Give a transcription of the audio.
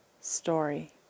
story